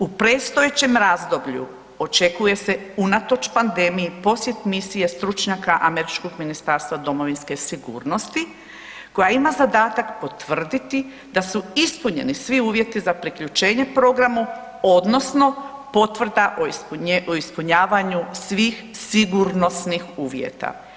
U predstojećem razdoblju očekuje se unatoč pandemiji, posjet misije stručnjaka američkog Ministarstva domovinske sigurnosti koja ima zadatak potvrditi da su ispunjeni svi uvjeti za priključenje programu odnosno potvrda o ispunjavaju svih sigurnosnih uvjeta.